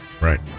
Right